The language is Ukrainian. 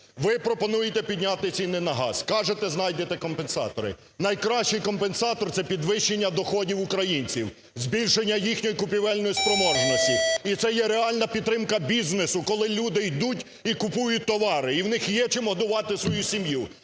Ви пропонуєте підняти ціни на газ. Кажете, знайдете компенсатори. Найкращий компенсатор – це підвищення доходів українців, збільшення їхньої купівельної спроможності. І це є реальна підтримка бізнесу, коли люди йдуть і купують товари, і у них є, чим годувати свою сім'ю.